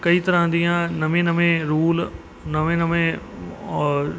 ਕਈ ਤਰ੍ਹਾਂ ਦੀਆਂ ਨਵੇਂ ਨਵੇਂ ਰੂਲ ਨਵੇਂ ਨਵੇਂ